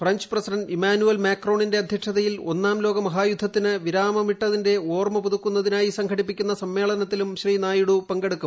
French president Emmanuel മാക്രോണിന്റെ അദ്ധ്യക്ഷതയിൽ ഒന്നാംലോക മഹായുദ്ധത്തിന് വിരാമമിട്ടതിന്റെ ഓർമ്മ പുതുക്കുന്നതിനായി സംഘടിപ്പിക്കുന്ന സ്മ്മേളനത്തിലും ശ്രീ നായിഡു പങ്കെടുക്കും